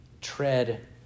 Tread